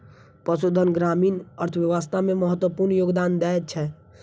पशुधन ग्रामीण अर्थव्यवस्था मे महत्वपूर्ण योगदान दै छै